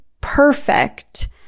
perfect